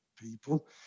people